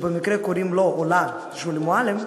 שבמקרה קוראים לו או לה שולי מועלם,